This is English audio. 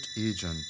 agent